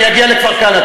אני אגיע לכפר-כנא.